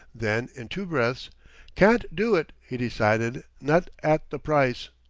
then, in two breaths can't do it, he decided not at the price.